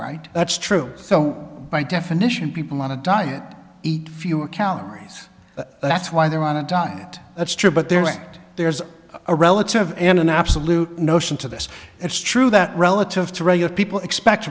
right that's true so by definition people on a diet eat fewer calories that's why they're on a diet that's true but they're right there's a relative and an absolute notion to this it's true that relative to regular people expect